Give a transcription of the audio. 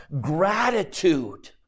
gratitude